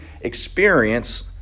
experience